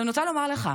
אני רוצה לומר לך,